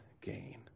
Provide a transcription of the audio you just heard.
gain